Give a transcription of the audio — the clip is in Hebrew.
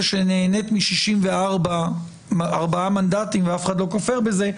שנהנית מ- 64 מנדטים ואף אחד לא כופר בזה,